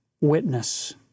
witness